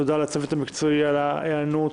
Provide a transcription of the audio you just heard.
תודה לצוות המקצועי על ההיענות,